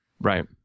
Right